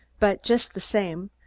but just the same,